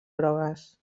grogues